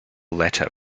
letter